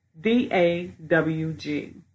D-A-W-G